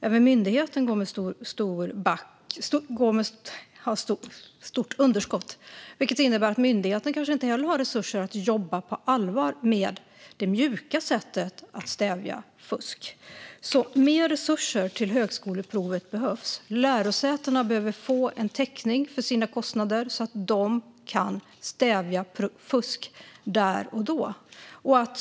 Även myndigheten går med ett stort underskott. Det innebär att inte heller myndigheten kanske har resurser för att jobba på allvar med det mjuka sättet att stävja fusk. Mer resurser till högskoleprovet behövs alltså. Lärosätena behöver få täckning för sina kostnader, så att de kan stävja fusk där och då.